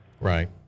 Right